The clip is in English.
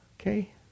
Okay